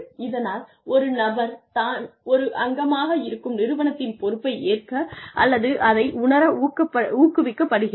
இதனால் ஒரு நபர் தான் ஒரு அங்கமாக இருக்கும் நிறுவனத்தின் பொறுப்பை ஏற்க அல்லது அதை உணர ஊக்குவிக்கப்படுகிறார்